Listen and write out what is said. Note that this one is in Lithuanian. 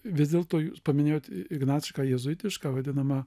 vis dėlto jūs paminėjot ignacišką jėzuitišką vadinamą